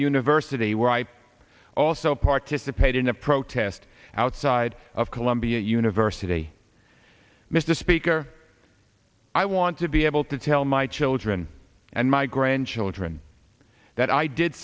university where i also participate in a protest outside of columbia university mr speaker i want to be able to tell my children and my grandchildren that i did